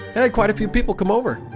and had quite a few people come over.